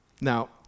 Now